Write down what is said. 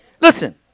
Listen